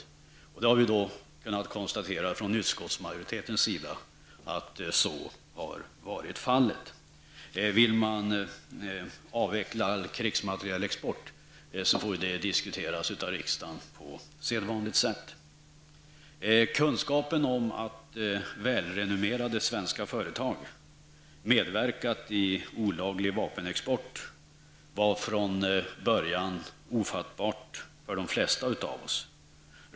Utskottsmajoriteten har då kunnat konstatera att så varit fallet. Vill man avveckla all krigsmaterielexport, får den frågan diskuteras av riksdagen på sedvanligt sätt. Att välrenommerade svenska företag medverkat i olaglig vapenexport var från början ofattbart för de flesta av oss.